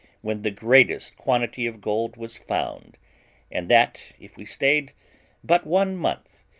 when the greatest quantity of gold was found and that, if we stayed but one month,